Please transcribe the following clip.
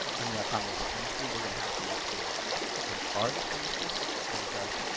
in the autonomous industry, we're gonna have to make sure that on cars for instance that it does,